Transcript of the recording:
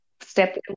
Step